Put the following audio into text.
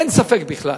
אין ספק בכלל.